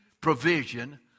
provision